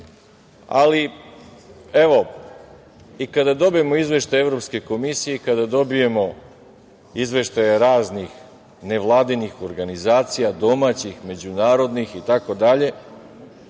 ali, evo, i kada dobijemo izveštaj Evropske komisije i kada dobijemo izveštaje raznih nevladinih organizacija, domaćih, međunarodnih, itd,